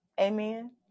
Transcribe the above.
Amen